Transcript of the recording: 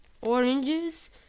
oranges